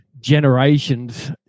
generations